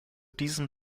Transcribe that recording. diesem